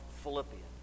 Philippians